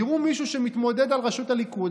יראו מישהו שמתמודד על ראשות הליכוד,